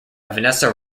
vanessa